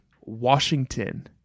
Washington